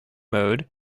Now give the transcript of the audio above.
mode